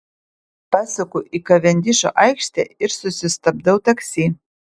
pasuku į kavendišo aikštę ir susistabdau taksi